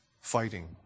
fighting